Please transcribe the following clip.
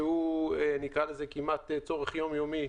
שהוא כמעט צורך יום יומי,